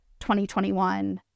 2021